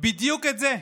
בדיוק את זה: